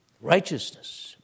Righteousness